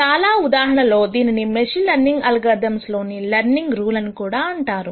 చాలా ఉదాహరణల లో దీనిని మెషీన్ లెర్నింగ్ అల్గోరిథమ్స్ లోని లెర్నింగ్ రూల్ అని కూడా అంటారు